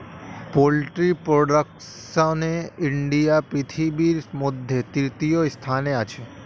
poultry প্রোডাকশনে India পৃথিবীর মধ্যে তৃতীয় স্থানে আছে